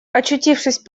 очутившись